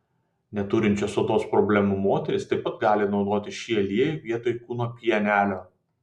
neturinčios odos problemų moterys taip pat gali naudoti šį aliejų vietoj kūno pienelio